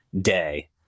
day